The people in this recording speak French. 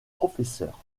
professeur